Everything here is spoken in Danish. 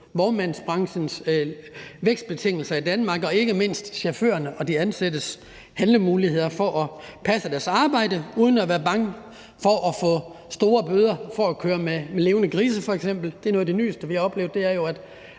vognmandsbranchens vækstbetingelser i Danmark og ikke mindst chaufførernes og de ansattes handlemuligheder for at passe deres arbejde uden at være bange for at få store bøder, f.eks. for at køre med levende grise. Noget af det nyeste, vi har oplevet, er jo, at